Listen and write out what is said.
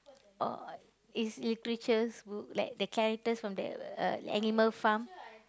uh is literature's book like the characters from there uh animal farm